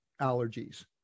allergies